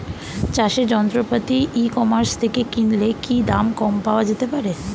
চাষের যন্ত্রপাতি e commerce থেকে কিনলে কি দাম কম পাওয়া যেতে পারে?